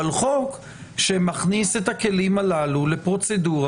אבל חוק שמכניס את הכלים הללו לפרוצדורה